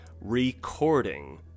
recording